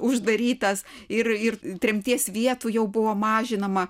uždarytas ir ir tremties vietų jau buvo mažinama